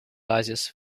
oasis